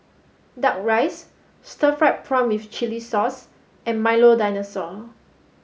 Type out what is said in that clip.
Duck Rice Stir Fried Prawn with Chili Sauce and Milo Dinosaur